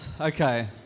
okay